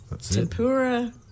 tempura